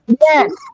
Yes